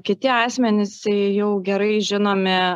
kiti asmenys jau gerai žinomi